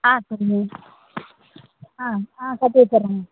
ஆ சரிங்க ஆ ஆ கட்டி வச்சிறேங்க